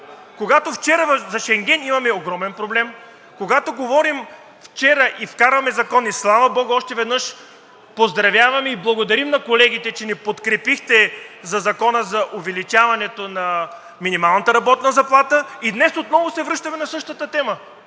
когато от вчера за Шенген имаме огромен проблем?! Когато говорим за вчера, вкарваме закони – слава богу, още веднъж поздравяваме и благодарим на колегите, че ни подкрепихте за Закона за увеличаването на минималната работна заплата и днес отново се връщаме на същата тема.